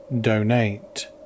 Donate